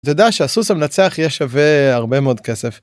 אתה יודע שהסוס המנצח יהיה שווה הרבה מאוד כסף.